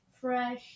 Fresh